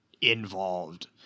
involved